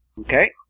Okay